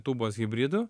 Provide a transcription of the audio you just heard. tūbos hibridu